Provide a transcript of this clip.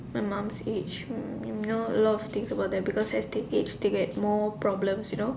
my mom's age um you know a lot of things about them because as they age they get more problems you know